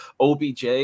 OBJ